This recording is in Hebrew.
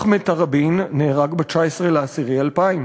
אחמד תראבין נהרג ב-19 באוקטובר 2000,